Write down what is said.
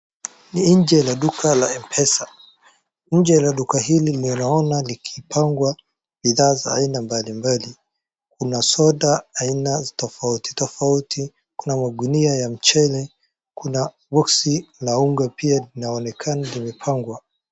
Ni nje la duka la M-PESA , nje la duka hili ninaona likipangwa bidhaa za aina mbalimbali. Kuna soda aina tofauti tofauti, kuna magunia ya mchele, kuna boksi la unga pia linaonekana limepangwa.